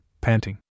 panting